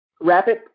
rapid